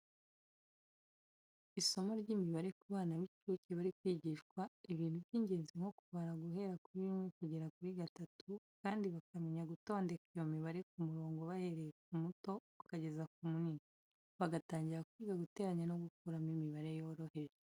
Isomo ry’imibare ku bana b’incuke bari kwigishwa ibintu by’ingenzi nko kubara guhera kuri rimwe kugera kuri gatatu, kandi bakamenya gutondeka iyo mibare ku murongo, bahereye ku muto bakageza ku munini, bagatangira kwiga guteranya no gukuramo imibare yoroheje.